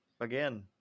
again